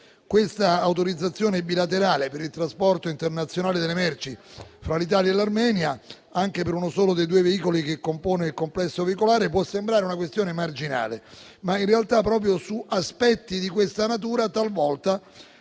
Paese. L'autorizzazione bilaterale per il trasporto internazionale delle merci fra l'Italia e l'Armenia, anche per uno solo dei due veicoli che compone il complesso veicolare, può sembrare una questione marginale. Ma, in realtà, proprio su aspetti di questa natura talvolta